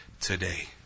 today